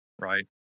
right